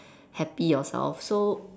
happy yourself so